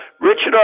Richard